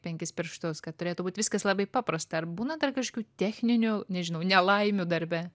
penkis pirštus kad turėtų būt viskas labai paprasta ar būna dar kažkokių techninių nežinau nelaimių darbe